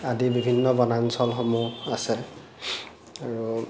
আদি বিভিন্ন বনাঞ্চলসমূহ আছে আৰু